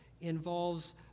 involves